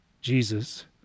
Jesus